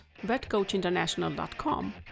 vetcoachinternational.com